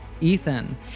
Ethan